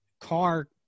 car